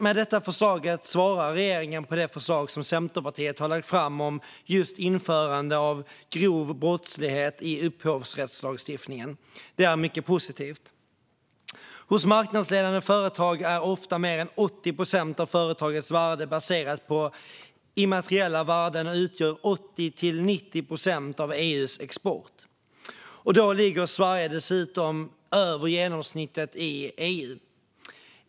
Med detta förslag svarar regeringen på det förslag som Centerpartiet har lagt fram om just ett införande av det som benämns som grova brott i upphovsrättslagstiftningen. Det är mycket positivt. Hos marknadsledande företag är ofta mer än 80 procent av företagens värde baserat på immateriella värden och utgör 80-90 procent av EU:s export. Då ligger Sverige dessutom över genomsnittet i EU.